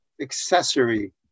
accessory